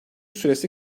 süresi